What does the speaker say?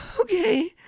Okay